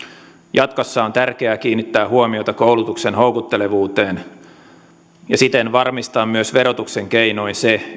jatkossa on tärkeää kiinnittää huomiota koulutuksen houkuttelevuuteen ja siten varmistaa myös verotuksen keinoin se